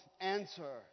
answer